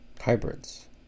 Hybrids